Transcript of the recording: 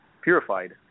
purified